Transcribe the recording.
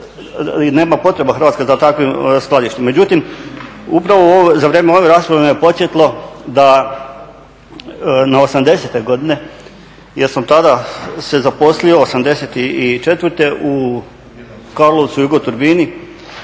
nema potreba Hrvatska za takvim skladištem. Međutim, upravo za vrijeme ove rasprave me podsjetilo da na 80. godine jer sam tada se zaposlio, '84. u Karlovcu … i